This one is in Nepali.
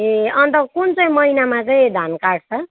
ए अन्त कुन चाहिँ महिनामा चाहिँ धान काट्छ